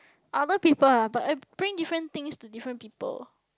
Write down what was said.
other people ah but bring different things to different people